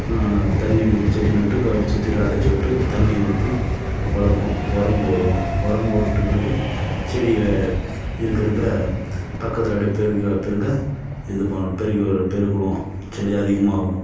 தண்ணி ஊத் செடி நட்டு க சுற்றிலும் அடைச்சி விட்டு தண்ணி ஊற்றி வளர்ப்போம் உரம் போடுவோம் உரம் போட்ட பிறகு செடியை இருக்க இருக்க பக்கத்தில் அப்படியே பெருகிய பெருக இது பண்ண பெருகி வர பெருக்கிறோம் செடி அதிகமாகும்